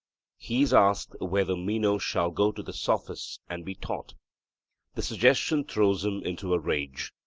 he is asked whether meno shall go to the sophists and be taught the suggestion throws him into a rage.